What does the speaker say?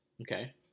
Okay